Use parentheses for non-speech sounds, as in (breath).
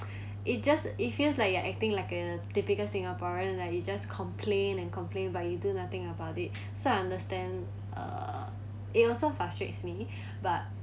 (breath) it just it feels like you are acting like a typical singaporean like you just complain and complain but you do nothing about it so I understand uh it also frustrates me (breath) but